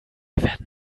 werden